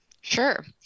Sure